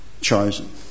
chosen